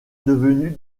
devenu